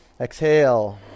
Exhale